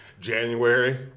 January